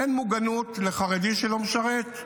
אין מוגנות לחרדי שלא משרת,